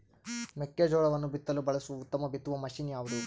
ಮೆಕ್ಕೆಜೋಳವನ್ನು ಬಿತ್ತಲು ಬಳಸುವ ಉತ್ತಮ ಬಿತ್ತುವ ಮಷೇನ್ ಯಾವುದು?